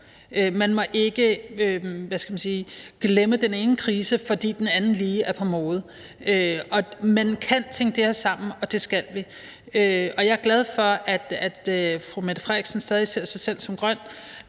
man sige, glemme den ene krise, fordi den anden lige er på mode. Man kan tænke det her sammen, og det skal vi. Og jeg er glad for, at fru Mette Frederiksen stadig ser sig selv som grøn.